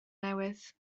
newydd